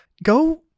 Go